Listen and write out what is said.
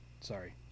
Sorry